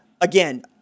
again